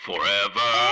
Forever